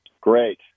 great